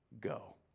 go